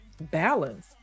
balance